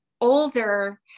older